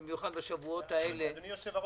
במיוחד בשבועות האלה --- אדוני היושב-ראש,